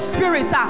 Spirit